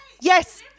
yes